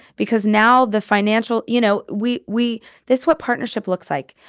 because now the financial you know, we we this what partnership looks like.